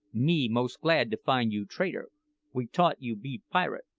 me most glad to find you trader we t'ought you be pirate.